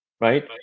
right